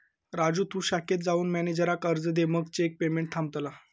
राजू तु शाखेत जाऊन मॅनेजराक अर्ज दे मगे चेक पेमेंट थांबतला